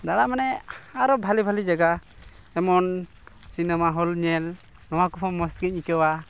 ᱫᱟᱲᱟᱜ ᱢᱟᱱᱮ ᱟᱨᱚ ᱵᱷᱟᱞᱮᱼᱵᱷᱟᱞᱮ ᱡᱟᱭᱜᱟ ᱡᱮᱢᱚᱱ ᱥᱤᱱᱮᱢᱟ ᱦᱚᱞ ᱧᱮᱞ ᱱᱚᱣᱟ ᱠᱚᱦᱚᱸ ᱢᱚᱡᱽ ᱜᱮᱧ ᱟᱹᱭᱠᱟᱹᱣᱟ